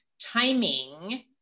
timing